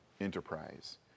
enterprise